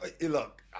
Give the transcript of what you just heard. look